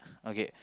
okay